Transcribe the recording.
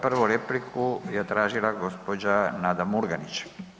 Prvu repliku je tražila gđa. Nada Murganić.